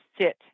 sit